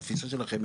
התפיסה שלכם,